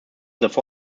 weitere